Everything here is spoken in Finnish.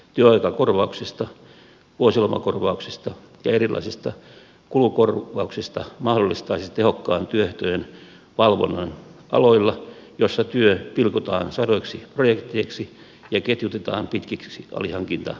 työsuhdesaatavista työaikakorvauksista vuosilomakorvauksista ja erilaisista kulukorvauksista mahdollistaisi tehokkaan työehtojen valvonnan aloilla joilla työ pilkotaan sadoiksi projekteiksi ja ketjutetaan pitkiksi alihankintaketjuiksi